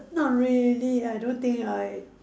not really I don't think I